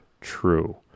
true